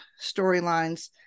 storylines